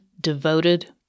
devoted